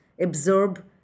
absorb